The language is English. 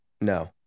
No